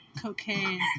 Cocaine